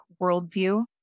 worldview